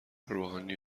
روحانی